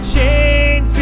Chains